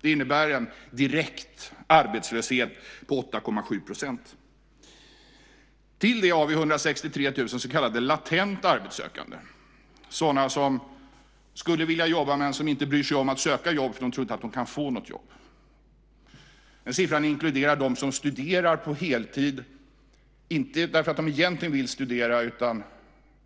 Det innebär en direkt arbetslöshet på 8,7 %. Till det har vi 163 000 så kallade latent arbetssökande, sådana som skulle vilja jobba men som inte bryr sig om att söka jobb då de inte tror att de kan få något. Den siffran inkluderar dem som studerar på heltid inte därför att de egentligen vill studera utan